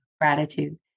gratitude